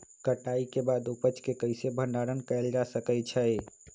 कटाई के बाद उपज के कईसे भंडारण कएल जा सकई छी?